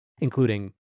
including